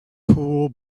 pool